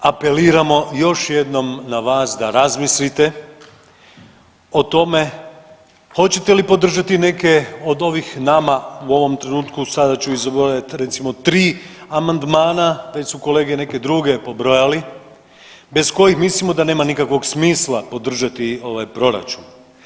Apeliramo još jednom na vas da razmislite o tome hoćete li podržati neke od ovih nama u ovom trenutku sada ću izbrojati recimo tri amandmana, već su kolege neke druge pobrojali, bez kojih mislimo da nema nikakvog smisla podržati ovaj proračun.